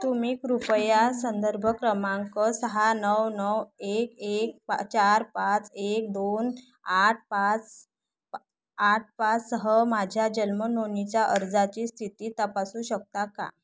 तुम्ही कृपया संदर्भ क्रमांक सहा नऊ नऊ एक एक पा चार पाच एक दोन आठ पाच आठ पाच सह माझ्या जन्म नोंदणीच्या अर्जाची स्थिती तपासू शकता का